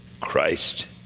Christ